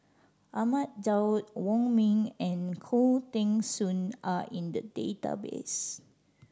Ahmad Daud Wong Ming and Khoo Teng Soon are in the database